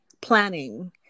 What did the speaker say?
planning